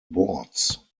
boards